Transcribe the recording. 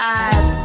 eyes